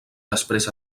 després